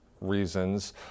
reasons